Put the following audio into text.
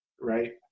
Right